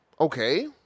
okay